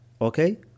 Okay